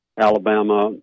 Alabama